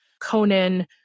Conan